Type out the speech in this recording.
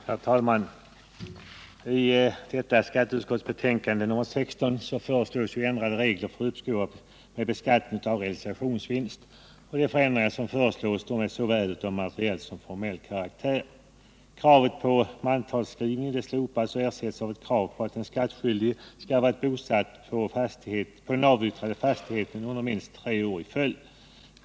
Herr talman! I detta skatteutskottets betänkande nr 16 föreslås en ändring av reglerna för uppskov med beskattning av realisationsvinst. De föreslagna ändringarna är av såväl materiell som formell karaktär. Kravet på mantalsskrivning slopas och ersätts av krav på att den skattskyldige skall ha varit bosatt på den avyttrade fastigheten under minst tre år i följd.